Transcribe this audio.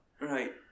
Right